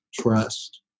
trust